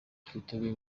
twiteguye